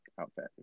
outfit